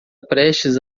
prestes